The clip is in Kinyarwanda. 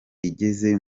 igeze